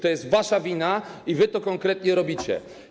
To jest wasza wina i wy to konkretnie robicie.